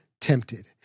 tempted